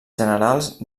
generals